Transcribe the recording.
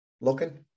looking